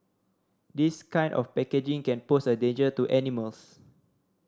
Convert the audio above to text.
this kind of packaging can pose a danger to animals